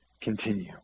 continue